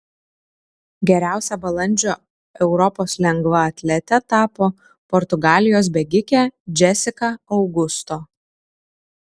geriausia balandžio europos lengvaatlete tapo portugalijos bėgikė džesika augusto